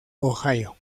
ohio